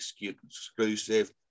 exclusive